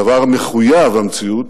הדבר מחויב המציאות,